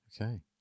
okay